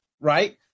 right